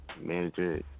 manager